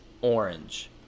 orange